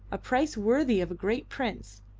a price worthy of a great prince,